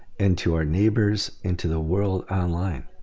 and to our neighbors into the world online.